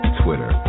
twitter